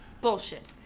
Bullshit